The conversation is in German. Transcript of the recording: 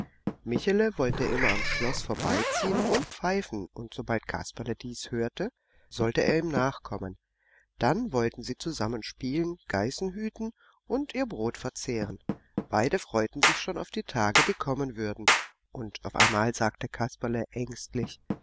michele wollte immer am schloß vorbeiziehen und pfeifen und sobald kasperle dies hörte sollte er ihm nachkommen dann wollten sie zusammen spielen geißen hüten und ihr brot verzehren beide freuten sich schon auf die tage die kommen würden und einmal sagte kasperle ängstlich